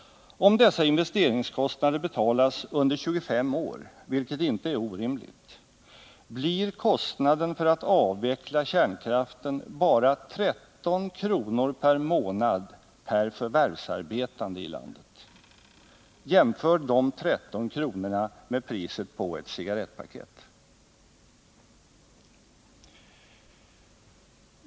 Om investeringskostnaderna betalas under 25 år, vilket inte är orimligt, blir kostnaden för att avveckla kärnkraften bara 13 kr. per månad och förvärvsarbetande i landet. Jämför de 13 kronorna med priset på ett cigarrettpaket!